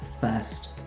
first